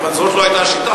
אבל זאת לא הייתה השיטה.